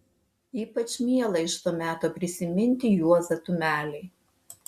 ypač miela iš to meto prisiminti juozą tumelį